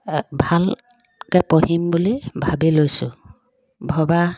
ভালকৈ পঢ়িম বুলি ভাবি লৈছোঁ ভবা